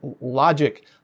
Logic